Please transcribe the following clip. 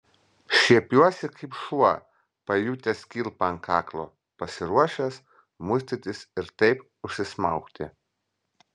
šiepiuosi kaip šuo pajutęs kilpą ant kaklo pasiruošęs muistytis ir taip užsismaugti